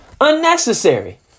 unnecessary